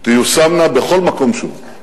תיושמנה בכל מקום שהוא.